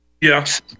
Yes